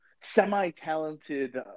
semi-talented